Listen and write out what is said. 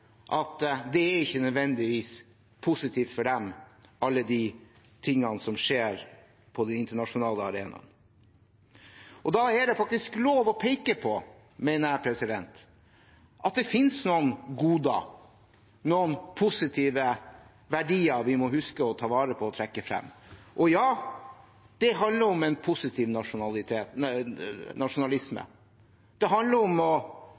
den internasjonale arenaen, ikke nødvendigvis er positivt for dem. Derfor mener jeg at det faktisk er lov å peke på at det finnes noen goder, noen positive verdier vi må huske på å ta vare på og trekke frem. Ja, det handler om en positiv nasjonalisme. Det handler om å